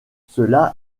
cela